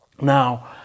now